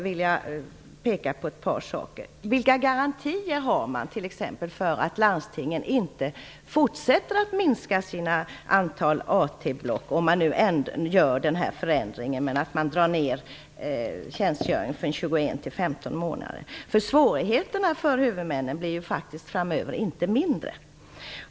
För det första: Vilka garantier har man för att landstingen inte fortsätter att minska antalet AT-block när man nu genomför förändringen som innebär att man minskar tjänstgöringen från 21 till 15 månader? Svårigheterna för huvudmännen framöver blir ju faktiskt inte mindre.